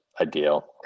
ideal